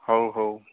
ହଉ ହଉ